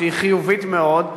שהיא חיובית מאוד,